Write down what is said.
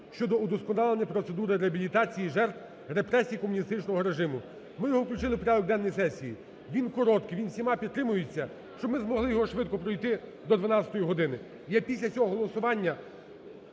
щодо удосконалення процедури реабілітації жертв репресій комуністичного режиму. Ми його включити в порядок денний сесії. Він короткий, він всіма підтримується, щоб ми змогли його швидко пройти до 12 години. Я після цього голосування